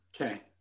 Okay